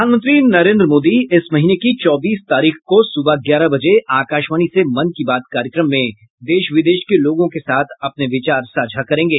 प्रधानमंत्री नरेन्द्र मोदी इस महीने की चौबीस तारीख को सुबह ग्यारह बजे आकाशवाणी से मन की बात कार्यक्रम में देश विदेश के लोगों के साथ अपने विचार साझा करेंगे